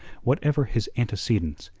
whatever his antecedents,